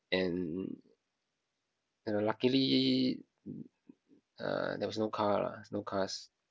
and and luckily uh there was no car lah no cars